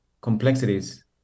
complexities